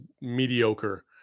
mediocre